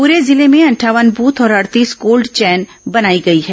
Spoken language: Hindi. परे जिले में अंठावन बथ और अडतीस कोल्ड चैन बनाई गई हैं